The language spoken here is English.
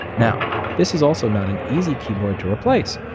now this is also not an easy keyboard to replace.